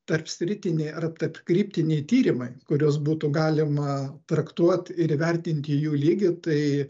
tarpsritiniai ar tarpkryptiniai tyrimai kuriuos būtų galima traktuot ir įvertinti jų lygį tai